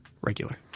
regular